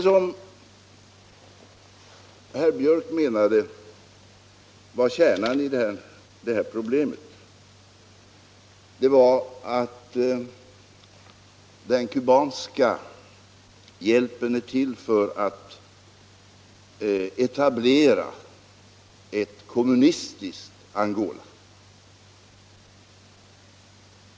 Det som herr Björck ansåg vara själva kärnan i det här problemet var att den kubanska hjälpen är till för att etablera ett kommunistiskt Angola.